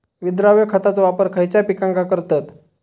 विद्राव्य खताचो वापर खयच्या पिकांका करतत?